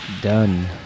Done